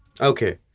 Okay